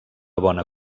bona